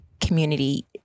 community